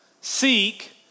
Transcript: Seek